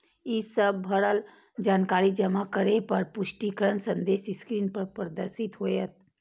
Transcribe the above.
ई सब भरल जानकारी जमा करै पर पुष्टिकरण संदेश स्क्रीन पर प्रदर्शित होयत